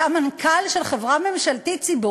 אתה מנכ"ל של חברה ממשלתית-ציבורית.